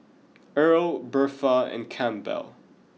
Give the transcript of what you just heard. Earl Birtha and Campbell